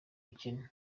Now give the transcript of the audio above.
bukene